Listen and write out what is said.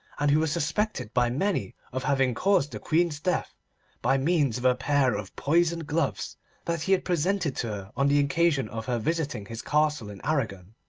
and who was suspected by many of having caused the queen's death by means of a pair of poisoned gloves that he had presented to her on the occasion of her visiting his castle in aragon.